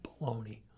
Baloney